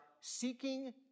seeking